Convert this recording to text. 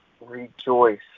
rejoice